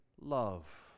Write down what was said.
love